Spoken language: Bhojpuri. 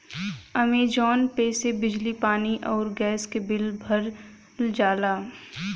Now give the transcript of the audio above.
अमेजॉन पे से बिजली पानी आउर गैस क बिल भरल जाला